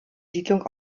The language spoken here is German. siedlung